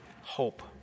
hope